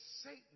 Satan